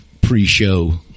pre-show